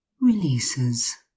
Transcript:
releases